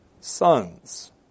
sons